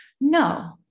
no